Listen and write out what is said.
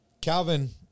calvin